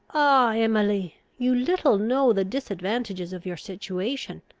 ah, emily! you little know the disadvantages of your situation.